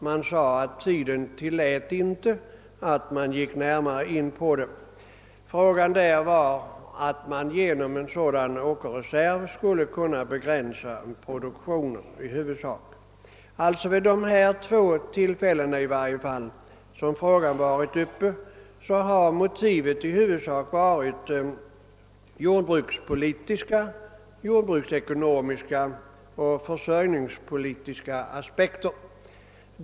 Man framhöll att tiden inte tillät kommittén att närmare gå in på tanken. Frågan gällde i detta sammanhang i huvudsak huruvida man genom en åkerreserv skulle kunna begränsa produktionen. Vid de två tillfällen som frågan varit uppe till överläggande har motiven således i huvusak varit jordbrukspolitiska, jordbruksekonomiska och försörjningspolitiska aspekter.